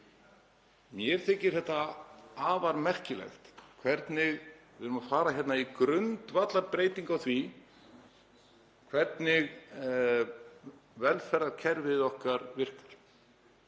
Mér þykir það afar merkilegt. Við erum að fara í grundvallarbreytingu á því hvernig velferðarkerfið okkar virkar,